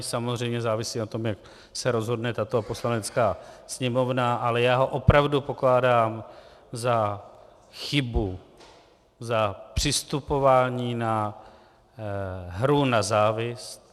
Samozřejmě závisí na tom, jak se rozhodne tato Poslanecká sněmovna, ale já ho opravdu pokládám za chybu, za přistupování na hru na závist.